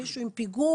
מישהו עם פיגור,